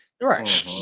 Right